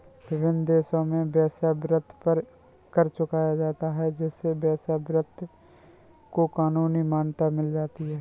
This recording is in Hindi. विभिन्न देशों में वेश्यावृत्ति पर कर चुकाया जाता है जिससे वेश्यावृत्ति को कानूनी मान्यता मिल जाती है